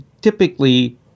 typically